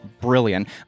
brilliant